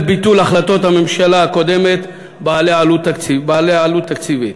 ביטול החלטות הממשלה הקודמת בעלות עלות תקציבית,